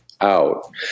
out